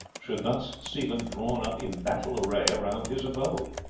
should thus see them drawn up in battle array round his abode.